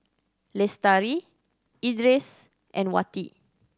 Lestari Idris and Wati